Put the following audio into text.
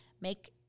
make –